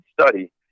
study